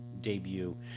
debut